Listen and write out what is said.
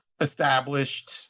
established